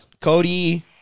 Cody